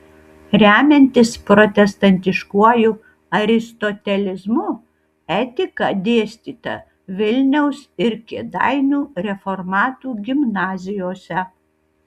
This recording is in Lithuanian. remiantis protestantiškuoju aristotelizmu etika dėstyta vilniaus ir kėdainių reformatų gimnazijose